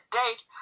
date